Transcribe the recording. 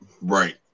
Right